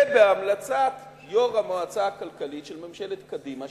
ובהמלצת יו"ר המועצה הכלכלית של ממשלת קדימה,